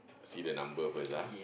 I see the number first ah